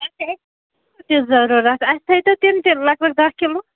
ضٔروٗرَتھ اَسہِ تھٲیتو تِم تہِ لَگ بَگ دَہ کِلوٗ